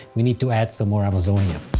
we need to add some more amazonia.